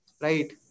right